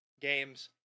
games